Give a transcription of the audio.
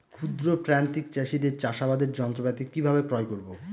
ক্ষুদ্র প্রান্তিক চাষীদের চাষাবাদের যন্ত্রপাতি কিভাবে ক্রয় করব?